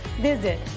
visit